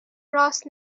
راس